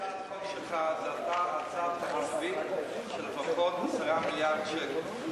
הצעת החוק שלך זו הצעת חוק תקציבית של לפחות 10 מיליארד שקל.